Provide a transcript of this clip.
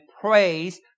praise